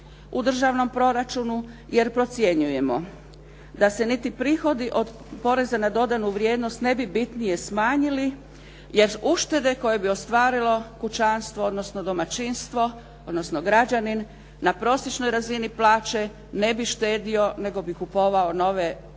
u državnom proračunu jer procjenjujemo da se niti prihodi od poreza na dodanu vrijednost ne bi bitnije smanjili, jer uštede koje bi ostvarilo kućanstvo, odnosno domaćinstvo, odnosno građanin na prosječnoj razini plaće ne bi štedio nego bi kupovao nove robe